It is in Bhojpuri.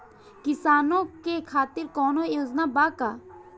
किसानों के खातिर कौनो योजना बा का?